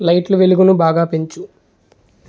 లైట్ల వెలుగుని బాగా పెంచు